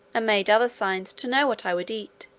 and made other signs, to know what i would eat